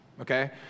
okay